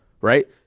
right